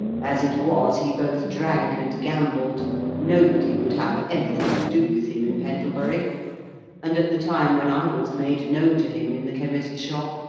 as it was, he both drank and gambled nobody would have anything to do with him in pendlebury and, at the time when i was made known to him in the chemist's shop,